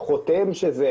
קוראים לזה